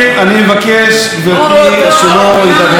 אני מבקש, גברתי, שלא ידבר עכשיו.